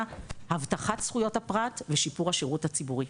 הבטחת זכויות הפרט ושיפור השירות הציבורי.